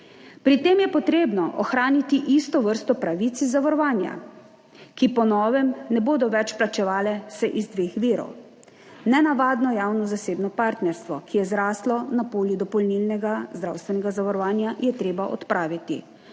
Pri tem je treba ohraniti enako vrsto pravic iz zavarovanja, ki se po novem ne bodo več plačevale iz dveh virov. Nenavadno javno zasebno partnerstvo, ki je zraslo na polju dopolnilnega zdravstvenega zavarovanja, je treba odpraviti.